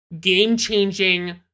game-changing